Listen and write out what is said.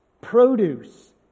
produce